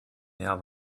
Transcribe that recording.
mehr